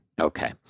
Okay